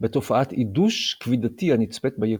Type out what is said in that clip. בתופעת עידוש כבידתי הנצפית ביקום.